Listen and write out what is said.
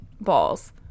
balls